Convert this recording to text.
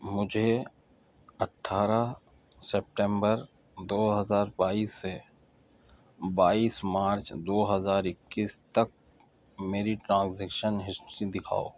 مجھے اٹھارہ سپٹمبر دو ہزار بائیس سے بائیس مارچ دو ہزار اکیس تک میری ٹرانزیکشن ہسٹری دکھاؤ